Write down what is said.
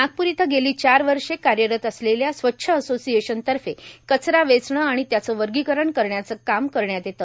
नागपूर इथं गेल चार वष कायरत असले या व छ असोसीएशन तफ कचरा वेचणे आ ण याचे वग करण कर याचे काम कर यात येते